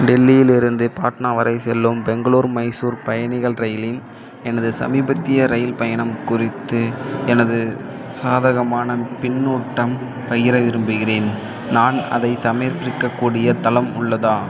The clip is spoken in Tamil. டெல்லியிலிருந்து பாட்னா வரை செல்லும் பெங்களூர் மைசூர் பயணிகள் ரயிலின் எனது சமீபத்திய ரயில் பயணம் குறித்து எனது சாதகமான பின்னூட்டம் பகிர விரும்புகிறேன் நான் அதைச் சமர்ப்பிக்கக்கூடிய தளம் உள்ளதா